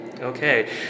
Okay